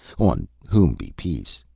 on whom be peace!